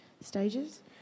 stages